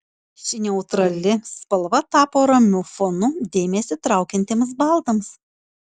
ši neutrali spalva tapo ramiu fonu dėmesį traukiantiems baldams